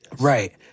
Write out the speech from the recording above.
Right